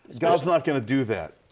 god is not going to do that.